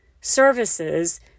services